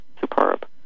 superb